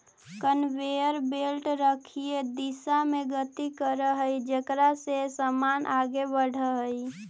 conveyor belt रेखीय दिशा में गति करऽ हई जेकरा से समान आगे बढ़ऽ हई